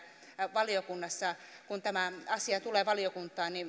valiokunnassa kun tämä asia tulee valiokuntaan